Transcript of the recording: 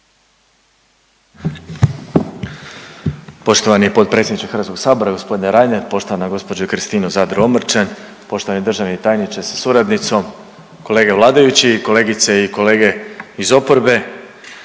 Poštovani potpredsjedniče HS g. Reiner, poštovana gđo. Kristina Zadro Omrčen, poštovani državni tajniče sa suradnicom, kolege vladajući i kolegice i kolege iz oporbe.